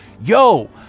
Yo